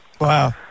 Wow